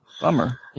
Bummer